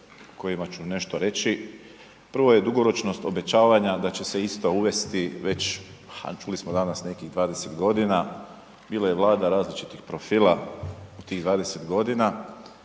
kojima ću nešto reći. Prva je dugoročnost obećavanja da će se ista uvesti već, a čuli smo danas nekih 20 godina, bilo je vlada različitih profila u tih 20 godina